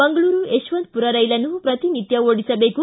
ಮಂಗಳೂರು ಯಶವಂತಪುರ ರೈಲನ್ನು ಪ್ರತಿನಿತ್ಯ ಓಡಿಸಬೇಕು